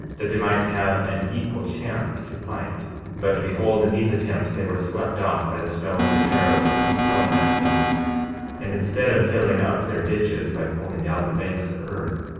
that they might have an equal chance to fight but behold, in these attempts they were swept off by the stones and arrows which were thrown at them and instead of filling up their ditches by pulling down the banks of earth,